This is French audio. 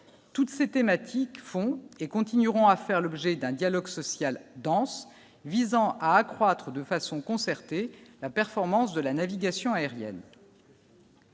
toutes ces thématiques font et continueront à faire l'objet d'un dialogue social danse visant à accroître de façon concertée, la performance de la navigation aérienne.